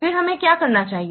फिर हमें क्या करना चाहिए